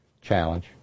Challenge